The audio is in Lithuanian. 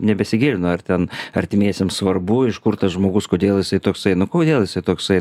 nebesigilinu ar ten artimiesiems svarbu iš kur tas žmogus kodėl jisai toksai nu kodėl jisai toksai